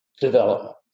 development